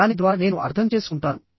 దాని ద్వార నేను అర్థం చేసుకుంటాను